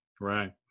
Right